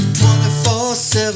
24-7